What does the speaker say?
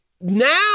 now